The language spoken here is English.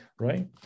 right